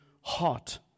heart